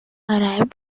arrived